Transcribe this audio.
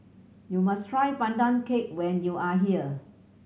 you must try Pandan Cake when you are here